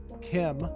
Kim